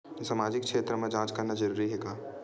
सामाजिक क्षेत्र म जांच करना जरूरी हे का?